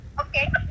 Okay